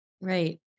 right